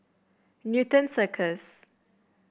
Newton Circus